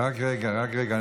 רק רגע, רק רגע.